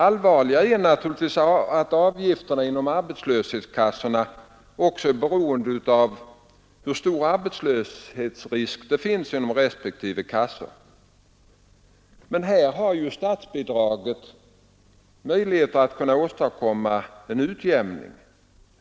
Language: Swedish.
Allvarligare är naturligtvis att avgifterna inom arbetslöshetskassorna också är beroende av hur stor arbetslösheten är inom respektive kassa. Statsbidraget har emellertid en utjämnande effekt.